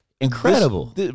incredible